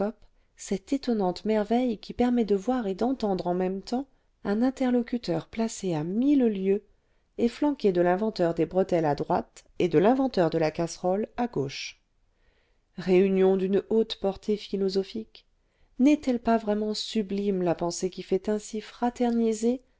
cette étonnante merveille qui permet de voir et d'entendre en même temps un interlocuteur placé à mille lieues est flanqué de l'inventeur des bretelles à droite et de l'inventeur de la casserole à gauche réunion d'une haute portée philosophique n'est-elle pas vraiment suhhme la pensée qui fait ainsi fraterniser